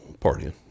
Partying